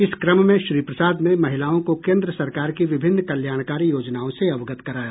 इस क्रम में श्री प्रसाद ने महिलाओं को केन्द्र सरकार की विभिन्न कल्याणकारी योजनाओं से अवगत कराया